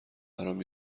برام